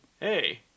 Hey